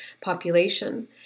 population